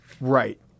Right